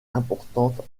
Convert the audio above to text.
importantes